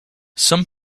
some